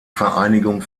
vereinigung